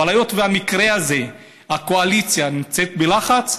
אבל היות שבמקרה הזה הקואליציה נמצאת בלחץ,